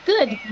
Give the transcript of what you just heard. good